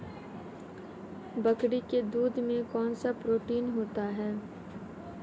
बकरी के दूध में कौनसा प्रोटीन होता है?